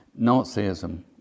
Nazism